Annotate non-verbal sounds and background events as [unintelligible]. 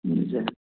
[unintelligible]